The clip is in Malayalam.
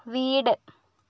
വീട്